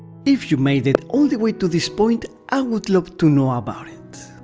if you made it all the way to this point, i would love to know about it!